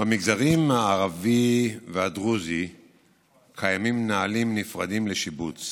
במגזר הערבי והדרוזי קיימים נהלים נפרדים לשיבוץ